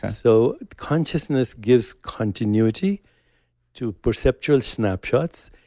so consciousness gives continuity to perceptual snapshots.